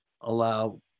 allow